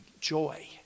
Joy